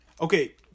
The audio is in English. Okay